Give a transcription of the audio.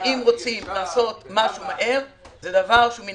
שאם רוצים לעשות משהו מהר, מן